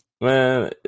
Man